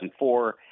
2004